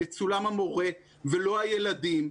יצולם המורה ולא הילדים.